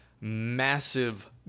massive